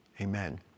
amen